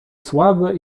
słabe